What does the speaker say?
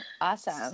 Awesome